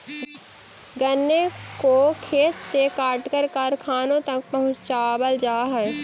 गन्ने को खेत से काटकर कारखानों तक पहुंचावल जा हई